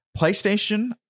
PlayStation